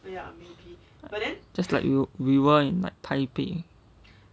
just like you we were in taipei